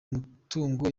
mitungo